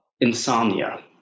insomnia